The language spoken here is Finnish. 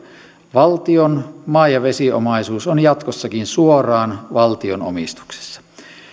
valtion maa ja vesiomaisuus on jatkossakin suoraan valtion omistuksessa